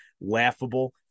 laughable